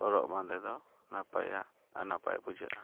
ᱦᱚᱨᱚᱜ ᱵᱟᱫᱮ ᱫᱚ ᱱᱟᱯᱟᱭᱟ ᱟᱨ ᱱᱟᱯᱟᱭ ᱵᱩᱡᱷᱟᱹᱜᱼᱟ